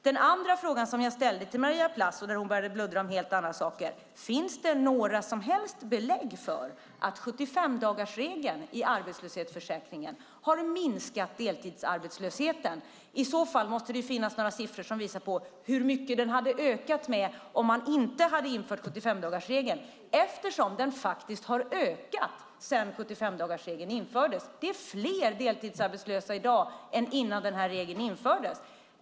Den andra fråga som jag ställde till Maria Plass - hon började bluddra om helt andra saker - var: Finns det några som helst belägg för att 75-dagarsregeln i arbetslöshetsförsäkringen har minskat deltidsarbetslösheten? I så fall måste det finnas några siffror som visar hur mycket den hade ökat om man inte hade infört 75-dagarsregeln, eftersom den faktiskt har ökat sedan 75-dagarsregeln infördes. Det är fler deltidsarbetslösa i dag än innan regeln infördes.